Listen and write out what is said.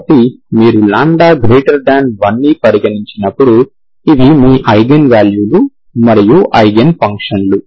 కాబట్టి మీరు λ1ని పరిగణించినప్పుడు ఇవి మీ ఐగెన్ వాల్యూలు మరియు ఐగెన్ ఫంక్షన్లు